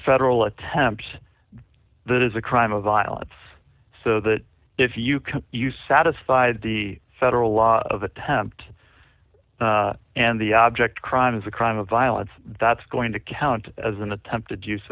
federal attempts that is a crime of violence so that if you can you satisfied the federal law of attempt and the object crime is a crime of violence that's going to count as an attempted use